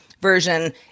version